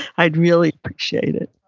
i'd really appreciate it.